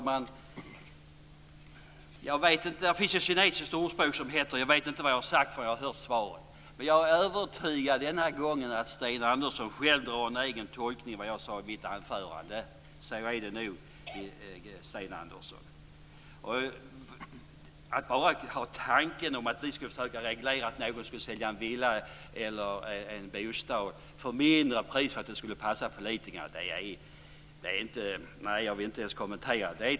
Herr talman! Det finns ett kinesiskt ordspråk som lyder att jag vet inte vad jag har sagt, för jag har hört svaret. Jag är övertygad denna gång att Sten Andersson gör en egen tolkning av vad jag sade i mitt anförande. Så är det nog. Tanken att vi skulle försöka reglera så att någon ska sälja en villa eller en bostadsrätt för lägre pris för att det ska passa politikerna vill jag inte ens kommentera.